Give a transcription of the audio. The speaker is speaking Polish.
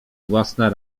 własne